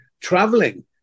traveling